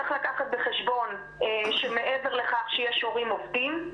צריך לקחת בחשבון שמעבר לכך שיש הורים עובדים,